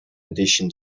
addition